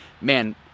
man